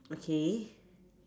okay